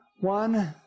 one